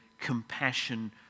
compassion